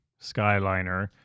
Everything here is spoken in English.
Skyliner